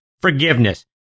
forgiveness